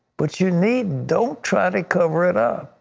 but you need, don't try to cover it up.